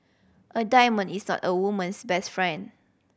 a diamond is not a woman's best friend